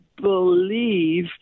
believe